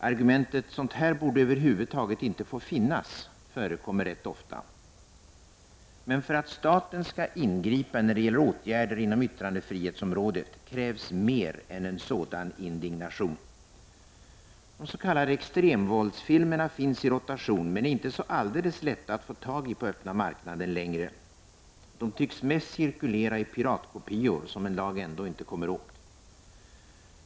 Argumentet ”sån”t här borde över huvud taget inte få finnas” förekommer rätt ofta. För att staten skall ingripa med åtgärder inom yttrandefrihetsområdet, krävs dock mer än en sådan indignation. De s.k. extremvåldsfilmerna finns i rotation, men de är inte längre så alldeles lätta att få tag i på öppna marknaden. De tycks mest cirkulera i piratkopior som en lag ändå inte kommer åt.